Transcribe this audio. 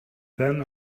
then